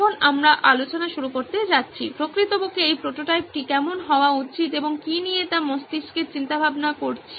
এখন আমরা আলোচনা শুরু করতে যাচ্ছি প্রকৃতপক্ষে এই প্রোটোটাইপটি কেমন হওয়া উচিত এবং কি তা নিয়ে মস্তিষ্কের চিন্তাভাবনা করছি